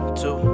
two